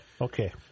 Okay